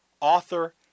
author